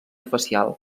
facial